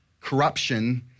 corruption